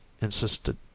insisted